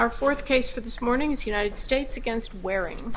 our fourth case for this morning is united states against wearing